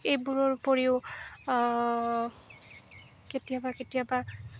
এইবোৰৰ উপৰিও কেতিয়াবা কেতিয়াবা